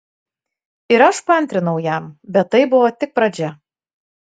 ir aš paantrinau jam bet tai buvo tik pradžia